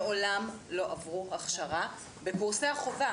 מעולם לא עברו הכשרה בקורסי החובה,